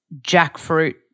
jackfruit